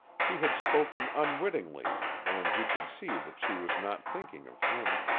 she had spoken unwittingly and he could see that she was not thinking of him,